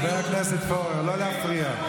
חבר הכנסת פורר, לא להפריע.